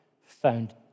found